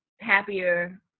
happier